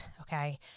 okay